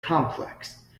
complex